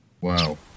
Wow